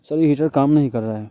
sir ये heater काम नहीं कर रहा है